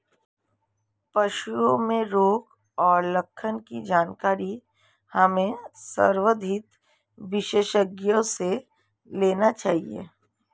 पशुओं में रोग और लक्षण की जानकारी हमें संबंधित विशेषज्ञों से लेनी चाहिए